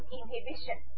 inhibition